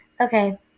okay